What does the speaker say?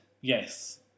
yes